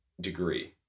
degree